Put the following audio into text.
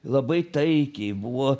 labai taikiai buvo